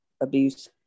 abuse